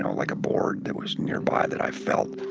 like a board that was nearby that i felt.